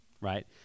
right